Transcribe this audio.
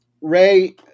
Ray